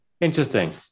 Interesting